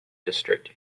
district